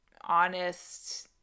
honest